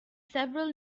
several